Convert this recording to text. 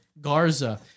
Garza